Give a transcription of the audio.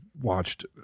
watched